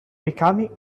becoming